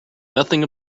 nothing